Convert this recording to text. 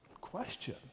question